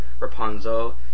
Rapunzel